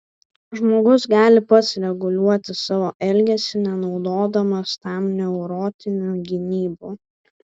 žmogus gali pats reguliuoti savo elgesį nenaudodamas tam neurotinių gynybų